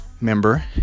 member